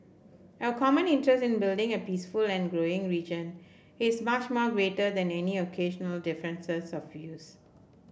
our common interest in building a peaceful and growing region is much more greater than any occasional differences of views